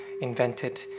invented